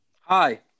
Hi